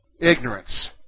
Ignorance